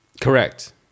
Correct